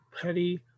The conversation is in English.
petty